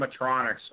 animatronics